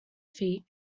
feet